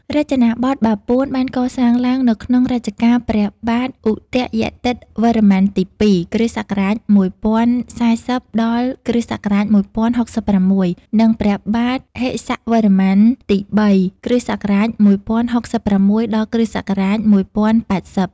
រចនាបថបាពួន បានកសាងឡើងនៅក្នុងរជ្ជកាលព្រះបាទឧទយាទិត្យវរ្ម័នទី ២ (គ.ស.១០៤០ ដល់ គ.ស.១០៦៦) និង ព្រះបាទហិសវរ្ម័នទី ៣ (គ.ស.១០៦៦ ដល់ គ.ស. ១០៨០)។